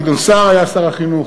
גדעון סער היה שר החינוך,